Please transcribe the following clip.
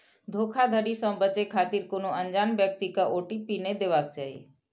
धोखाधड़ी सं बचै खातिर कोनो अनजान व्यक्ति कें ओ.टी.पी नै देबाक चाही